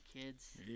Kids